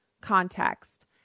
context